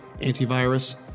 antivirus